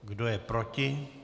Kdo je proti?